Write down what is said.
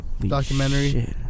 documentary